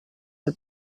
nel